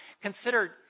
consider